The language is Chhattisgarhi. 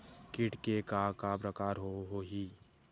कीट के का का प्रकार हो होही?